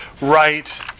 right